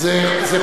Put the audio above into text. לא.